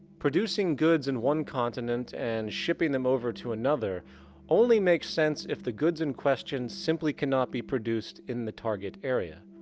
producing goods in one continent and shipping them over to another only makes sense if the goods in question simply cannot be produced in the target area.